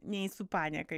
nei su panieka